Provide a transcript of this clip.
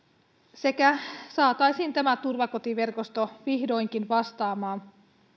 ja että saataisiin tämä turvakotiverkosto vihdoinkin vastaamaan